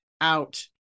out